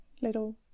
little